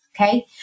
okay